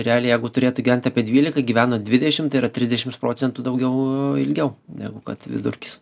realiai jeigu turėtų gyvent apie dvylika gyveno dvidešimt tai yra trisdešimts procentų daugiau ilgiau negu kad vidurkis